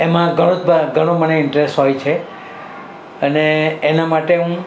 એમાં ઘણો ઘણો જ મને ઇન્ટરેસ હોય છે અને એના માટે હું